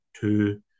two